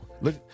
look